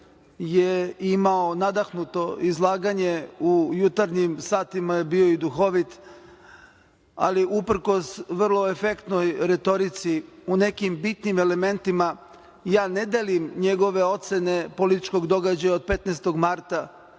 je imao nadahnuto izlaganje, u jutarnjim satima je bio i duhovit, ali uprkos vrlo efektnoj retorici u nekim bitnim elementima ja ne delim njegove ocene političkog događaja od 15. marta,